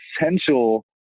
essential